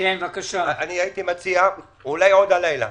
אני מציע אולי עוד הלילה,